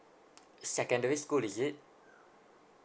secondary school is it